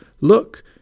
Look